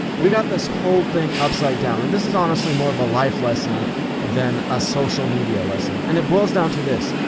we got this whole thing upside down. and this is honestly more of a life lesson than a social media lesson. and it boils down to this.